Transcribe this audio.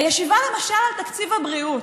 הישיבה על תקציב הבריאות,